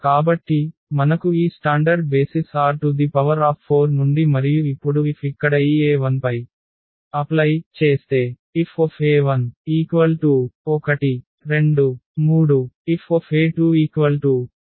కాబట్టి మనకు ఈ స్టాండర్డ్ బేసిస్ R⁴ నుండి మరియు ఇప్పుడు F ఇక్కడ ఈ e1 పై దరఖాస్తు చేస్తే